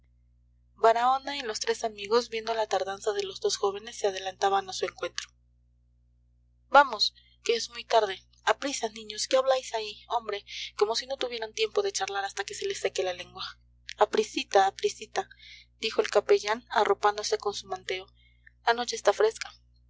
baraona y los tres amigos viendo la tardanza de los dos jóvenes se adelantaban a su encuentro vamos que es muy tarde aprisa niños qué habláis ahí hombre como si no tuvieran tiempo de charlar hasta que se les seque la lengua aprisita aprisita dijo el capellán arropándose con su manteo la noche está fresca